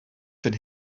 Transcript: fan